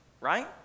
right